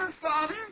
Father